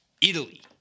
Italy